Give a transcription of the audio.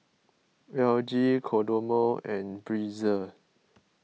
L G Kodomo and Breezer